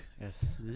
Yes